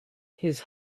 his